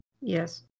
Yes